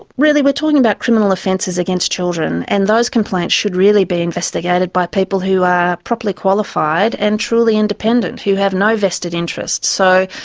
really we're talking about criminal offences against children, and those complaints should really be investigated by people who are properly qualified and truly independent, who have no vested interest. so,